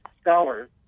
scholars